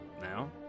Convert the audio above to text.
now